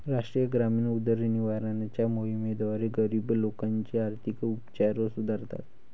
राष्ट्रीय ग्रामीण उदरनिर्वाहाच्या मोहिमेद्वारे, गरीब लोकांचे आर्थिक उपचार सुधारतात